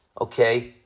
okay